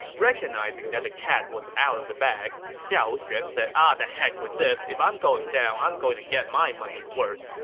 recognizing that the cat was out of the bag, xiahou xuan said ah the heck with this. if i'm going down, i'm going to get my money's worth.